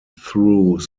through